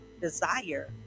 desire